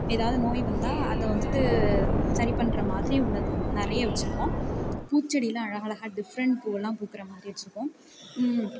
ஏதாவது நோய் வந்தால் அதை வந்துட்டு சரி பண்ணுற மாதிரி உள்ளது நிறைய வச்சுருக்கோம் பூச்செடியெலாம் அழகழகாக டிப்ரெண்ட் பூவெல்லாம் பூக்கிற மாதிரி வச்சுருக்கோம்